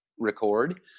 record